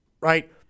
right